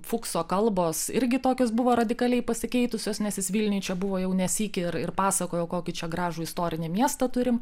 fukso kalbos irgi tokios buvo radikaliai pasikeitusios nes jis vilniuj čia buvo jau ne sykį ir ir pasakojo kokį čia gražų istorinį miestą turim